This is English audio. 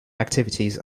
activities